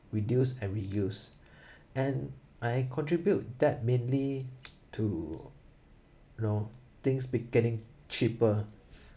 reduce and reuse and I contribute that mainly to you know things be getting cheaper